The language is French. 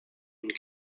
une